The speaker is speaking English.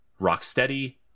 Rocksteady